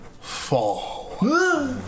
fall